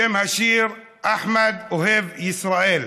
שם השיר: "אחמד אוהב ישראל".